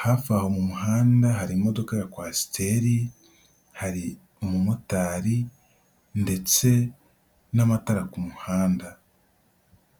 hafi aho mu muhanda hari imodoka ya kwasiteri hari umumotari ndetse n'amatara ku muhanda.